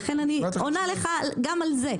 לכן אני עונה גם על זה.